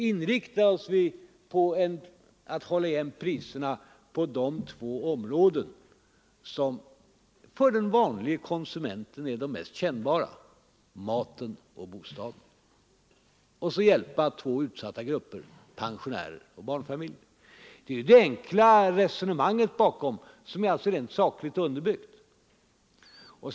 — inriktar oss på att hålla igen priserna på de två områden som för den vanliga konsumenten är de mest kännbara — maten och bostaden — och så hjälpa två utsatta grupper — pensionärer och barnfamiljer. Detta enkla resonemang, som är rent sakligt underbyggt, ligger bakom förslaget.